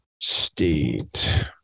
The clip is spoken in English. State